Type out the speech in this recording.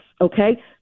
Okay